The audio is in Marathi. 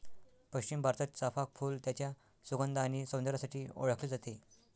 पश्चिम भारतात, चाफ़ा फूल त्याच्या सुगंध आणि सौंदर्यासाठी ओळखले जाते